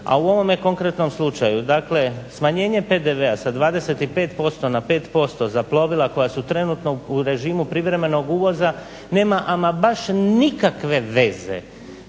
A u ovome konkretnom slučaju dakle smanjenje PDV-a sa 25% na 5% za plovila koja su trenutno na režimu privremenog uvoza nema ama baš nikakve veze